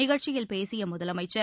நிகழ்ச்சியில் பேசிய முதலமைச்சர்